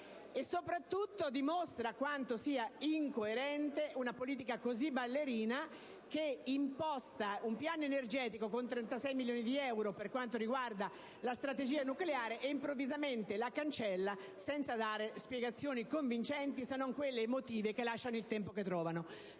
e soprattutto dimostra quanto sia incoerente una politica così ballerina, che imposta un piano energetico con 36 miliardi di euro per quanto riguarda la strategia nucleare e improvvisamente la cancella, senza dare spiegazioni convincenti, se non quelle emotive, che lasciano il tempo che trovano.